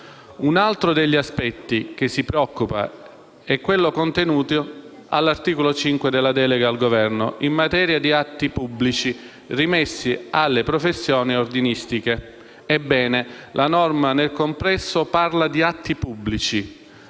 Un altro aspetto che ci preoccupa è quello contenuto all'articolo 5 della delega al Governo in materia di atti pubblici rimessi alle professioni ordinistiche. Ebbene, la norma nel complesso parla di "atti pubblici"